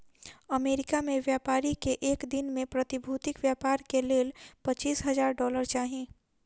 America में व्यापारी के एक दिन में प्रतिभूतिक व्यापार के लेल पचीस हजार डॉलर चाही